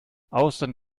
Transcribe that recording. austern